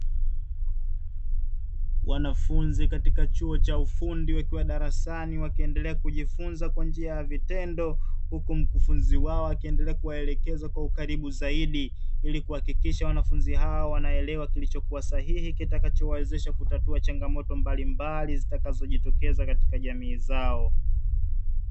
Wanafunzi katika chuo cha ufundi wakiwa darasani wakiendelea kujifunza kwa njia ya vitendo, huku mkufunzi wao akiendelea kuwaelekeza kwa ukaribu zaidi ili kuhakikisha wanafunzi hawa wanaelewa kilichokuwa sahihi kitakachowawezesha kutatua changamoto mbalimbali zitakazojitokeza katika jamii zao.